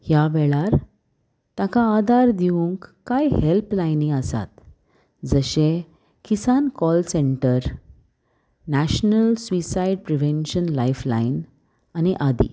ह्या वेळार ताका आदार दिवंक कांय हेल्पलायनी आसात जशें Kisan call centre national suicide prevention lifeline आनी आदी